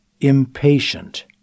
impatient